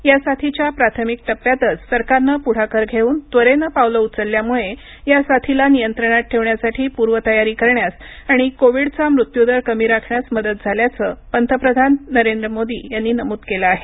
या साथीच्या प्राथमिक टप्प्यातच सरकारनं पुढाकार घेऊन त्वरेनं पावलं उचलल्यामुळे या साथीला नियंत्रणात ठेवण्यासाठी पूर्वतयारी करण्यास आणि कोविडचा मृत्यू दर कमी राखण्यास मदत झाल्याचं पंतप्रधान नरेंद्र मोदी यांनी नमूद केलं आहे